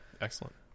Excellent